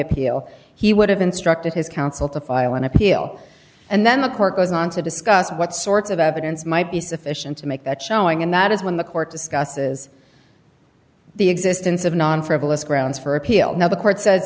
appeal he would have instructed his counsel to file an appeal and then the court goes on to discuss what sorts of evidence might be sufficient to make that showing and that is when the court discusses the existence of non frivolous grounds for appeal now the court sa